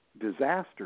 disaster